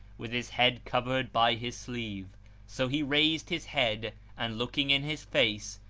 with his head covered by his sleeve so he raised his head, and looking in his face,